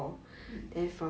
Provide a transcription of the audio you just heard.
mm